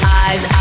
eyes